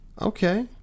Okay